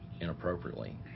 inappropriately